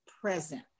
present